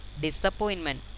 disappointment